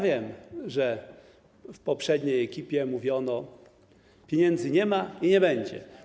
Wiem, że w poprzedniej ekipie mówiono: pieniędzy nie ma i nie będzie.